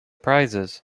prizes